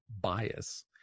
bias